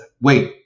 wait